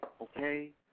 okay